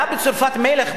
היה בצרפת מלך,